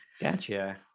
Gotcha